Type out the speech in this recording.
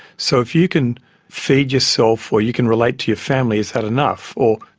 so if you can feed yourself or you can relate to your family, is that enough? or,